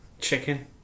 Chicken